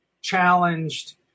challenged